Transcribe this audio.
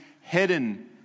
hidden